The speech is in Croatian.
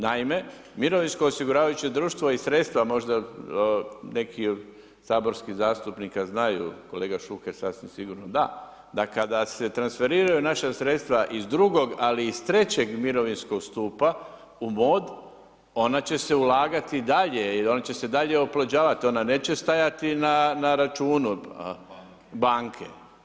Naime, mirovinsko osiguravajuće društvo i sredstva možda neki od saborskih zastupnika znaju, kolega Šuker sasvim sigurno da da kada se transferiraju naša sredstva iz drugog ali i iz trećeg mirovinskog stupa u MOD ona će se ulagati dalje ili ona će se dalje oplođavati, ona neće stajati na računu banke.